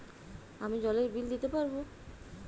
আমি জলের বিল দিতে পারবো?